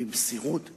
במסירות נפש.